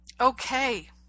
Okay